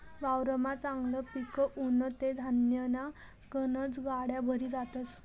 वावरमा चांगलं पिक उनं ते धान्यन्या गनज गाड्या भरी जातस